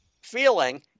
feeling